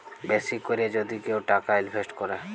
বেশি ক্যরে যদি কেউ টাকা ইলভেস্ট ক্যরে